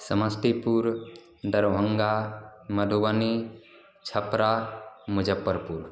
Samastipur Darbhanga Madhubani Chhapra Muzaffarpur